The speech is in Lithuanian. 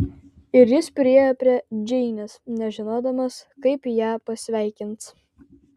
ir jis priėjo prie džeinės nežinodamas kaip ją pasveikins